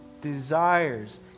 desires